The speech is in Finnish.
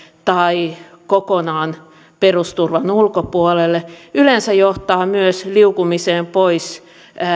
tai kokonaan perusturvan ulkopuolelle yleensä johtaa myös liukumiseen pois